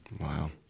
Wow